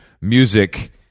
music